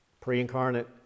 pre-incarnate